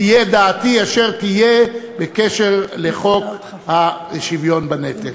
תהיה דעתי אשר תהיה בקשר לחוק השוויון בנטל.